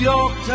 York